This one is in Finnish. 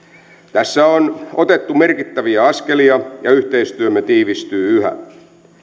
tässä on otettu merkittäviä askelia ja yhteistyömme tiivistyy yhä